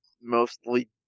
mostly